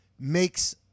makes